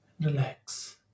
relax